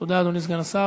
תודה, אדוני סגן השר.